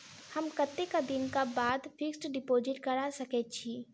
हम कतेक दिनक फिक्स्ड डिपोजिट करा सकैत छी?